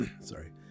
sorry